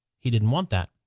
he didn't want that.